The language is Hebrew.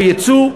ביצוא,